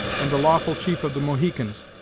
and the lawful chief of the mohicans,